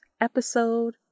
episode